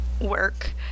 work